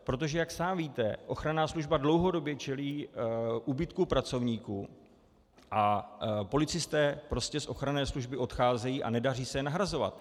Protože jak sám víte, ochranná služba dlouhodobě čelí úbytku pracovníků a policisté prostě z ochranné služby odcházejí a nedaří se je nahrazovat.